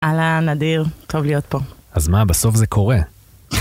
אהלן, אדיר, טוב להיות פה. אז מה בסוף זה קורה?